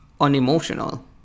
unemotional